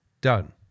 done